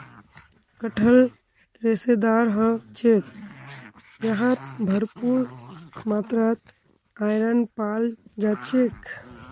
कटहल रेशेदार ह छेक यहात भरपूर मात्रात आयरन पाल जा छेक